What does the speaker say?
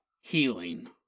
healing